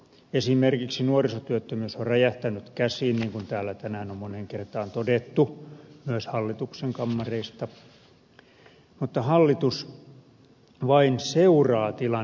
esimerkiksi nuorisotyöttömyys on räjähtänyt käsiin niin kuin täällä tänään on moneen kertaan todettu myös hallituksen kammareista mutta hallitus vain seuraa tilannetta